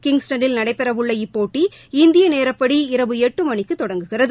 கிங்ஸ்டனில் நடைபெறவுள்ள இப்போட்டி இந்திய நேரப்படி இரவு எட்டு மணிக்கு தொடங்குகிறது